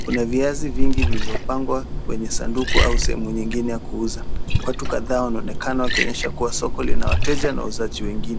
Kuna viazi vingi vilivyopangwa kwenye sanduku au sehemu nyingine ya kuuza. Watu kadhaa wanaonekana wakionyesha kuwa soko lina wateja na wauzaji wengine.